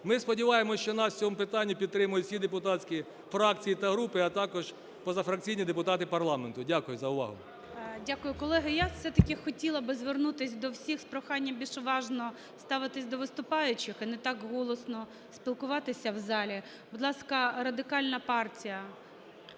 Ми сподіваємося, що нас в цьому питанні підтримають всі депутатські фракції та групи, а також позафракційні депутати парламенту. Дякую за увагу. ГОЛОВУЮЧИЙ. Дякую. Колеги, я все-таки хотіла би звернутися до всіх з проханням більш уважно ставитись до виступаючих, і не так голосно спілкуватися в залі. Будь ласка, Радикальна партія.